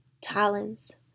talents